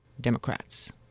Democrats